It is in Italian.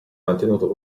mantenuto